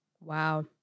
Wow